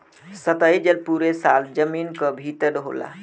सतही जल पुरे साल जमीन क भितर होला